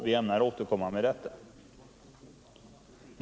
Vi ämnar återkomma med det.